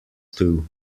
two